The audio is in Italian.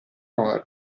nord